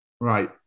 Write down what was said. Right